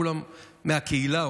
כולם מהקהילה.